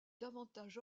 davantage